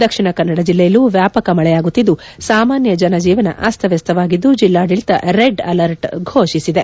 ದಕ್ಷಿಣ ಕನ್ನಡ ಜಿಲ್ಲೆಯಲ್ಲೂ ವ್ಯಾಪಕ ಮಳೆಯಾಗುತ್ತಿದ್ದು ಸಾಮಾನ್ಯ ಜನಜೀವನ ಅಸ್ತವ್ಯಸ್ತವಾಗಿದ್ದು ಜಿಲ್ಲಾಡಳಿತ ರೆಡ್ ಅಲರ್ಟ್ ಘೋಷಿಸಿದೆ